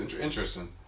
interesting